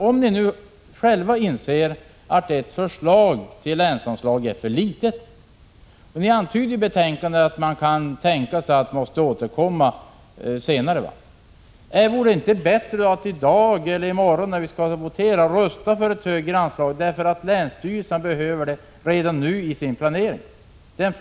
Ni inser ju själva att ert förslag till länsanslag är otillräckligt, eftersom ni antyder i betänkandet att ni kan tänka er att riksdagen måste återkomma till frågan senare. Vore det inte bättre att i voteringen rösta för ett högre anslag? Länsstyrelserna behöver nämligen redan nu ett klart besked för sin planering.